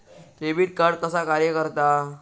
Debit card कसा कार्य करता?